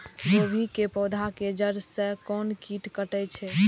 गोभी के पोधा के जड़ से कोन कीट कटे छे?